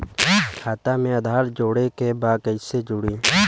खाता में आधार जोड़े के बा कैसे जुड़ी?